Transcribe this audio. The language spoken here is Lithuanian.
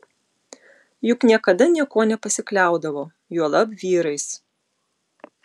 juk niekada niekuo nepasikliaudavo juolab vyrais